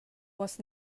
was